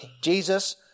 Jesus